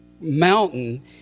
mountain